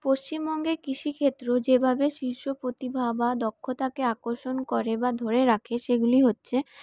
পশ্চিমবঙ্গে কৃষিক্ষেত্র যেভাবে শীর্ষ প্রতিভা বা দক্ষতাকে আকর্ষণ করে বা ধরে রাখে সেগুলি হচ্ছে